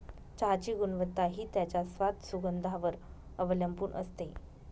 चहाची गुणवत्ता हि त्याच्या स्वाद, सुगंधावर वर अवलंबुन असते